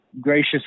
gracious